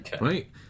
right